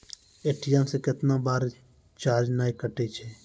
ATM से कैतना बार चार्ज नैय कटै छै?